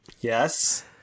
Yes